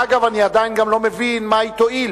אגב, אני עדיין גם לא מבין, מה היא תועיל?